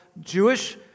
Jewish